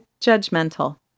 judgmental